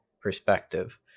perspective